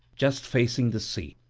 just facing the sea.